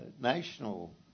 National